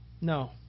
No